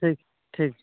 ᱴᱷᱤᱠ ᱴᱷᱤᱠ